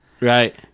right